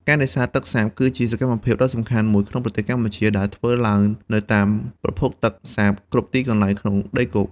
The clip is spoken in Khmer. ការនេសាទទឹកសាបគឺជាសកម្មភាពដ៏សំខាន់មួយក្នុងប្រទេសកម្ពុជា ដែលធ្វើឡើងនៅតាមប្រភពទឹកសាបគ្រប់ទីកន្លែងក្នុងដីគោក។